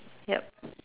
yup